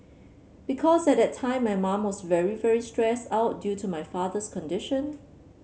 because at that time my mum was very very stressed out due to my father's condition